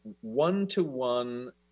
one-to-one